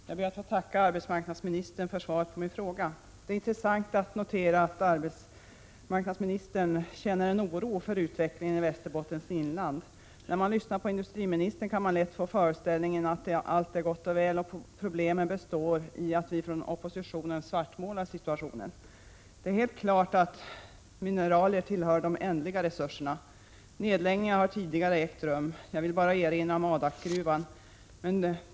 Herr talman! Jag ber att få tacka arbetsmarknadsministern för svaret på min interpellation. Det är intressant att notera att arbetsmarknadsministern känner oro för utvecklingen i Västerbottens inland. När man lyssnar på industriministern kan man lätt få föreställningen att allt är gott och väl och problemen består i att vi från oppositionen svartmålar situationen. Det är helt klart att mineraler tillhör de ändliga resurserna. Nedläggningar av gruvor har tidigare ägt rum. Jag vill bara erinra om Adakgruvan.